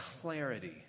clarity